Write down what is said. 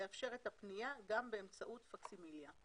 יאפשר את הפנייה גם באמצעות פקסימיליה".